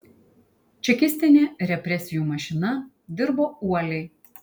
čekistinė represijų mašina dirbo uoliai